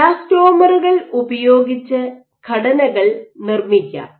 ഇലാസ്റ്റോമറുകൾ ഉപയോഗിച്ച് ഘടനകൾ നിർമ്മിക്കാം